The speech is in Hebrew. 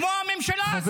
כמו הממשלה הזאת.